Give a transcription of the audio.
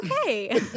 okay